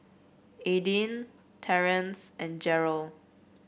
Aydin Terrance and Jerel